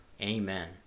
Amen